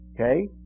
Okay